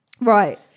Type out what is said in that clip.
Right